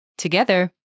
Together